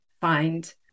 find